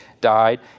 died